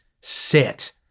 sit